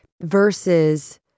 versus